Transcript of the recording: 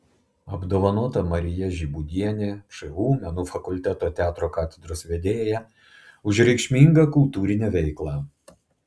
apdovanota marija žibūdienė šu menų fakulteto teatro katedros vedėja už reikšmingą kultūrinę veiklą